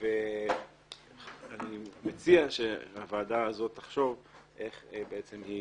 אני מציע שהוועדה הזאת תחשוב איך בעצם היא